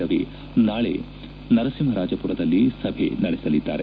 ರವಿ ನಾಳೆ ನರಸಿಂಹರಾಜಪುರದಲ್ಲಿ ಸಭೆ ನಡೆಸಲಿದ್ದಾರೆ